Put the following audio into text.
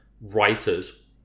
writers